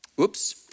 Oops